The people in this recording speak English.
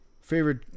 Favorite